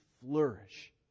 flourish